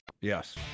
Yes